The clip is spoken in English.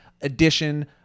Edition